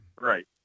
Right